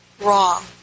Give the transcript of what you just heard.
wrong